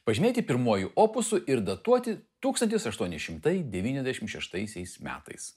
pažymėti pirmuoju opusu ir datuoti studijuoti tūkstantis aštuoni šimtai devyniasdešimt šeštaisiais metais